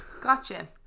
Gotcha